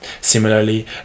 Similarly